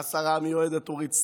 השרה המיועדת אורית סטרוק,